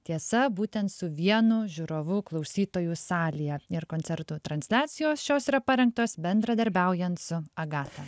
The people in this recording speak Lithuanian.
tiesa būtent su vienu žiūrovu klausytojų salėje ir koncerto transliacijos šios yra parengtos bendradarbiaujant su agata